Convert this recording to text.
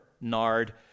nard